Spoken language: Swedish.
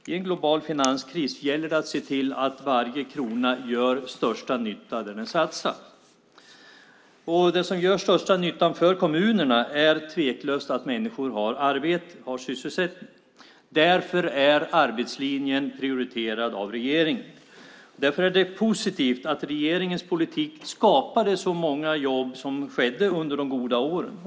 I en global finanskris gäller det att se till att varje krona gör största nytta där den satsas, och det som gör den största nyttan för kommunerna är tveklöst att människor har arbete och sysselsättning. Därför är arbetslinjen prioriterad av regeringen. Därför är det positivt att regeringens politik skapade så många jobb som den gjorde under de goda åren.